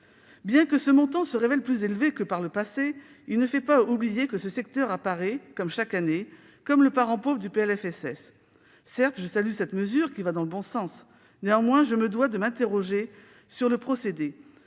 Bien que ce montant se révèle plus élevé que par le passé, il ne fait pas oublier que ce secteur constitue, comme chaque année, le parent pauvre du PLFSS. Certes, je salue cette mesure, qui va dans le bon sens, mais je me dois de m'interroger sur le procédé.